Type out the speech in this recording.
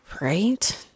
right